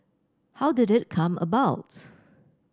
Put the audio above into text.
how did it come about